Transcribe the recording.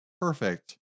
perfect